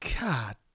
God